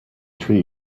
treat